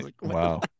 Wow